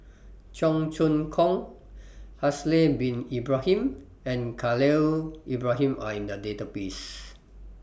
Cheong Choong Kong Haslir Bin Ibrahim and Khalil Ibrahim Are in The Database